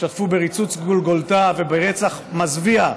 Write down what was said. שהשתתפו בריצוץ גולגולתה וברצח מזוויע,